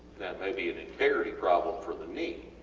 that maybe an integrity problem for the knee.